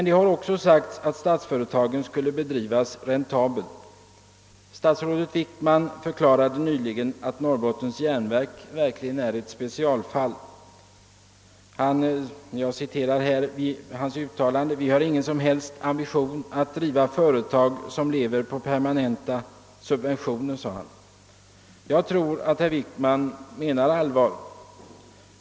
Det har också sagts att statsföretagen skulle bedrivas räntabelt. Statsrådet Wickman förklarade nyligen att Norrbottens järnverk verkligen var ett specialfall. Jag citerar hans uttalande: »Vi har ingen som helst ambition att driva företag som lever på permanenta subventioner.» Jag tror att statsrådet Wickman menar allvar.